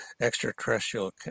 Extraterrestrial